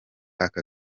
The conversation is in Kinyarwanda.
aka